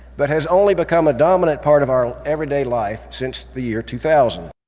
but has only become a dominant part of our everyday life since the year two thousand.